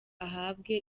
ahabwe